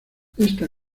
esta